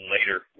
Later